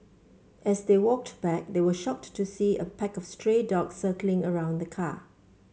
as they walked back they were shocked to see a pack of stray dogs circling around the car